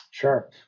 Sure